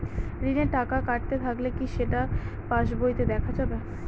ঋণের টাকা কাটতে থাকলে কি সেটা পাসবইতে দেখা যাবে?